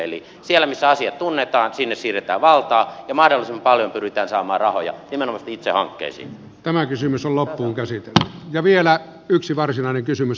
eli siellä missä asia tunnetaan sinne siirretään valtaa ja mahdollisimman paljon pyritään saamaan rahoja nimenomaan sitten itse hankkeisiin tämä kysymys on loppuunkäsitelty ja vielä yksi varsinainen kysymys